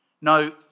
No